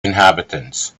inhabitants